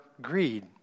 greed